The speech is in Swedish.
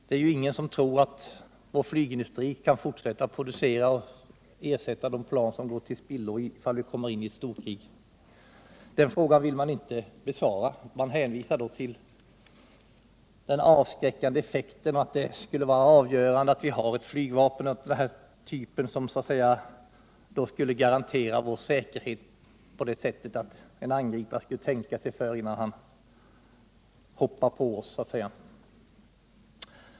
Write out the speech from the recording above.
Det är ju ingen som tror att vår flygindustri kan fortsätta att producera och ersätta de plan som går till spillo ifall vi kommer in i ett storkrig. Den frågan vill man inte besvara. Man hänvisar då till den avskräckande effekten. Man menar att ett flygvapen av den här typen skulle garantera vår säkerhet; en angripare skulle tänka sig för innan han så att säga hoppade på oss.